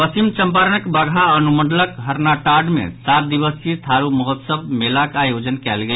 पश्चिम चम्पारणक बगहा अनुमंडलक हरनाटाड़ मे सात दिवसीय थारू महोत्सव मेलाक आयोजन कयल गेल